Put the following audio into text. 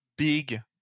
Big